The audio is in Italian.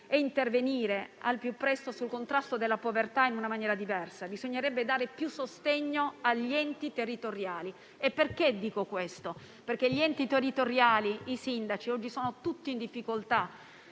e intervenire al più presto sul contrasto alla povertà in una maniera diversa. Bisognerebbe dare più sostegno agli enti territoriali perché essi, insieme ai sindaci, sono tutti in difficoltà.